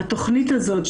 התוכנית הזאת,